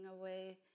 away